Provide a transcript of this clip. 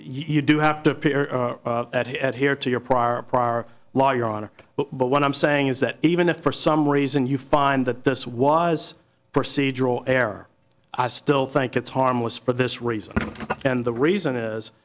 you do have to appear at at here to your prior prior lawyer on but what i'm saying is that even if for some reason you find that this was procedural error i still think it's harmless for this reason and the reason is